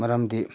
ꯃꯔꯝꯗꯤ